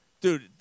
Dude